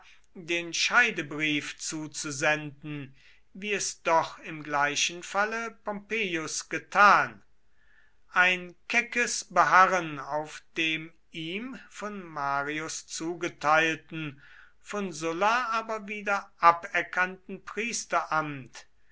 den scheidebrief zuzusenden wie es doch im gleichen falle pompeius getan ein keckes beharren auf dem ihm von marius zugeteilten von sulla aber wieder aberkannten priesteramt